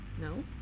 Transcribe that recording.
No